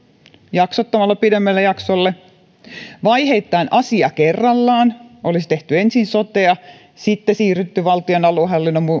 jaksottamalla pidemmälle jaksolle tai vaiheittain asia kerrallaan olisi tehty ensin sotea sitten siirrytty valtion aluehallinnon